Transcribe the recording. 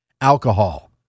alcohol